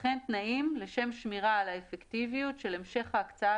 וכן תנאים לשם שמירה על האפקטיביות של המשך ההקצאה